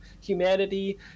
humanity